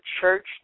church